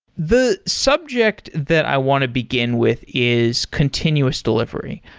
the subject that i want to begin with is continuous delivery.